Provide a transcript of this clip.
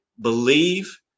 believe